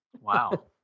Wow